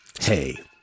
hey